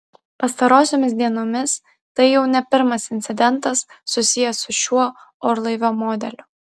pastarosiomis dienomis tai jau ne pirmas incidentas susijęs su šiuo orlaivio modeliu